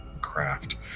craft